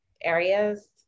areas